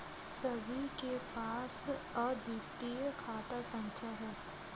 सभी के पास अद्वितीय खाता संख्या हैं